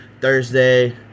Thursday